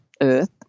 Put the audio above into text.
Earth